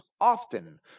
often